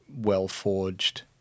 well-forged